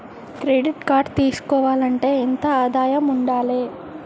Credit card తీసుకోవాలంటే ఎంత ఆదాయం ఉండాలే?